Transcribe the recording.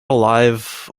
alive